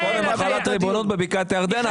קודם החלת ריבונות בבקעת הירדן,